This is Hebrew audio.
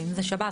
ואם זה שב"ס,